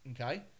Okay